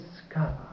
discover